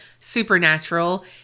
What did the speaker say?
supernatural